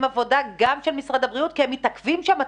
עבודה גם של משרד הבריאות כי הם מתעכבים שם.